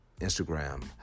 Instagram